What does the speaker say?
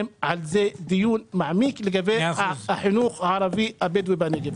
על זה דיון מעמיק לגבי החינוך הערבי והבדואי בנגב.